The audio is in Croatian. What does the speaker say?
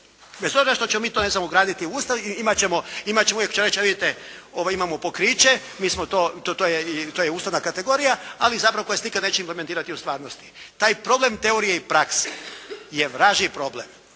što ćemo mi to ne znam ugraditi u Ustav. I imat ćemo uvijek, vidite imamo pokriće, mi smo to, to je ustavna kategorija, ali zapravo koja se nikad neće implementirati u stvarnosti. Taj problem teorije i prakse je vražji problem.